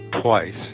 twice